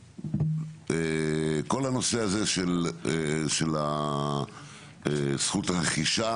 כל הנושא הזה של זכות הרכישה